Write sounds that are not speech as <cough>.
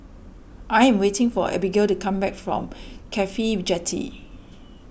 I'm waiting for Abbigail to come back from Cafhi Jetty <noise>